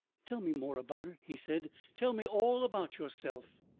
tell me more about it, he said, tell me all about yourself.